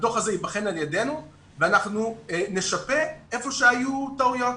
הדוח הזה ייבחן על ידינו ואנחנו נשפה היכן שהיו טעויות.